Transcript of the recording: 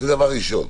זה דבר ראשון.